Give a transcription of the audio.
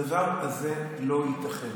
הדבר הזה לא ייתכן.